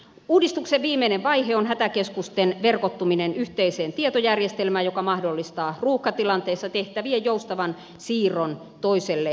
uudistuksen viimeinen vaihe on hätäkeskusten verkottuminen yhteiseen tietojärjestelmään joka mahdollistaa ruuhkatilanteissa tehtävien joustavan siirron toiselle hätäkeskukselle